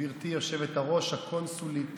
גברתי היושבת-ראש, הקונסולית